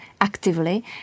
actively